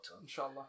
inshallah